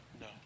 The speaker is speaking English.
No